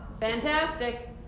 Fantastic